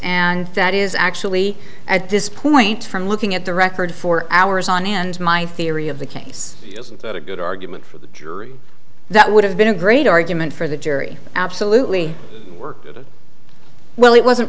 and that is actually at this point from looking at the record for hours on end my theory of the case isn't that a good argument for the jury that would have been a great argument for the jury absolutely work well it wasn't